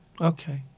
Okay